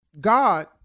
God